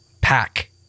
pack